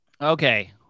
okay